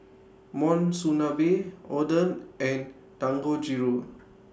Monsunabe Oden and Dangojiru